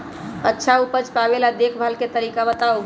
अच्छा उपज पावेला देखभाल के तरीका बताऊ?